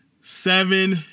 Seven